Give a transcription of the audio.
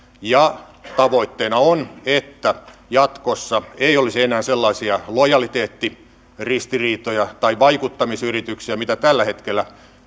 tavoitteena on että jatkossa ei olisi enää sellaisia lojaliteettiristiriitoja tai vaikuttamisyrityksiä mitä tällä hetkellä